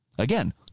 Again